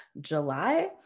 July